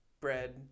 bread